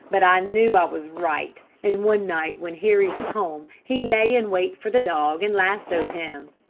but i knew i was right, and one night when harry was home, he lay in wait for the dog and lassoed him.